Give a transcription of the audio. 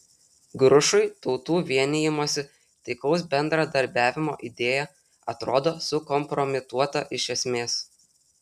grušui tautų vienijimosi taikaus bendradarbiavimo idėja atrodo sukompromituota iš esmės